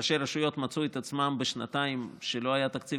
ראשי רשויות מצאו את עצמם בשנתיים שבהן לא היה תקציב